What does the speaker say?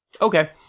Okay